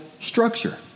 structure